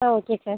ah okay sir